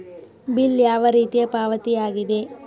Bill ಯಾವ ರೀತಿಯ ಪಾವತಿಯಾಗಿದೆ?